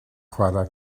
chwarae